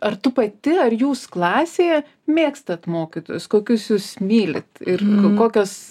ar tu pati ar jūs klasėje mėgstate mokytojus kokius jūs mylit ir kokios